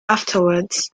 afterwards